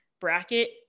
bracket